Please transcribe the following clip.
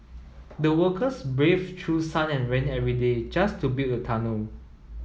the workers braved through sun and rain every day just to build a tunnel